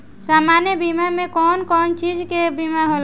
सामान्य बीमा में कवन कवन चीज के बीमा होला?